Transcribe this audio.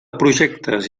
projectes